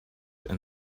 and